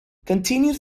continuous